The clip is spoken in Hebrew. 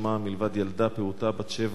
מלבד ילדה פעוטה בת שבע,